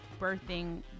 birthing